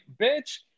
bitch